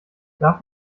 darf